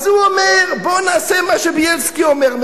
הוא אומר: בוא נעשה מה שבילסקי אומר,